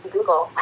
Google